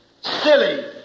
Silly